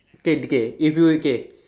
okay okay if you're okay